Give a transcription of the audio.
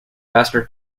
faster